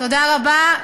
תודה רבה.